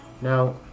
Now